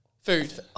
Food